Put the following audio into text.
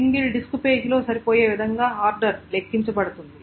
single disk పేజీలో సరిపోయే విధంగా ఆర్డర్ లెక్కించబడుతుంది